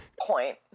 Point